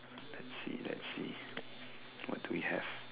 let's see let's see what do we have